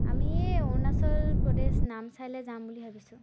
আমি এই অৰুণাচল প্ৰদেশ নামচাইলৈ যাম বুলি ভাবিছোঁ